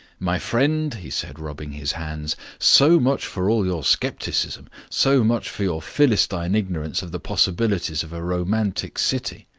my friend, he said, rubbing his hands, so much for all your scepticism. so much for your philistine ignorance of the possibilities of a romantic city.